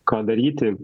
ką daryti